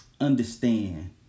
understand